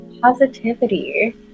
positivity